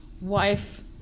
wife